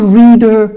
reader